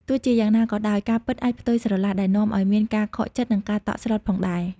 ទោះជាយ៉ាងណាក៏ដោយ ការពិតអាចផ្ទុយស្រឡះ ដែលនាំឱ្យមានការខកចិត្ត និងការតក់ស្លុតផងដែរ។